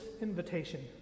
invitation